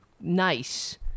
nice